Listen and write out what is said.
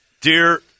Dear